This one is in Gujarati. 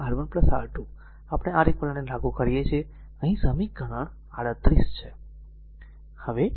આપણે R eq ને લાગુ કરીએ છીએ અહીં તે સમીકરણ 38 છે